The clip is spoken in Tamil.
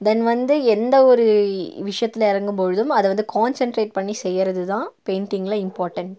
தென் வந்து எந்த ஒரு இ விஷயத்துல இறங்கும் பொழுதும் அதை வந்து கான்சன்ட்ரேட் பண்ணி செய்கிறது தான் பெயிண்டிங்கில் இம்பார்டண்ட்